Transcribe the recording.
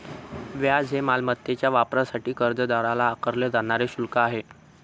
व्याज हे मालमत्तेच्या वापरासाठी कर्जदाराला आकारले जाणारे शुल्क आहे